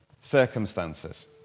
circumstances